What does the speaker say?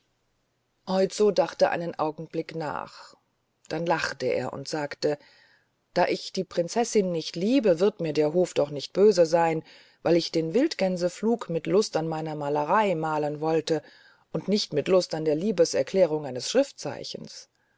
oizo dachte einen augenblick nach dann lachte er und sagte da ich die prinzessin nicht liebe wird mir der hof doch nicht böse sein weil ich den wildgänseflug mit lust an meiner malerei malen wollte und nicht mit lust an der liebeserklärung des schriftzeichens